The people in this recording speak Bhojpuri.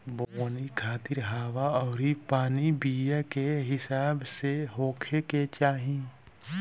बोवनी खातिर हवा अउरी पानी बीया के हिसाब से होखे के चाही